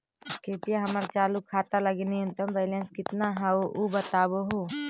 कृपया हमर चालू खाता लगी न्यूनतम बैलेंस कितना हई ऊ बतावहुं